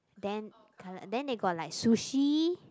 then colour then they got like sushi